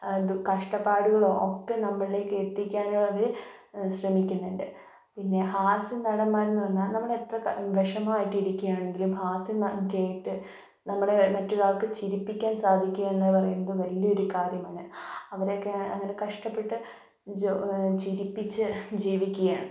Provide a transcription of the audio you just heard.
കഷ്ടപ്പാടുകളും ഒക്കെ നമ്മളിലേക്ക് എത്തിക്കാനും അത് ശ്രമിക്കുന്നുണ്ട് പിന്നെ ഹാസ്യ നടന്മാരെന്നു പറഞ്ഞാൽ നമ്മളെത്ര വിഷമമായിട്ട് ഇരിക്കുകയാണെങ്കിലും ഹാസ്യം കേട്ട് നമ്മളെ മറ്റൊരാൾക്ക് ചിരിപ്പിക്കാൻ സാധിക്കുക എന്ന് പറയുന്നത് വലിയൊരു കാര്യമാണ് അവരൊക്കെ അങ്ങനെ കഷ്ടപ്പെട്ട് ചിരിപ്പിച്ച് ജീവിക്കുകയാണ്